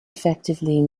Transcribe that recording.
effectively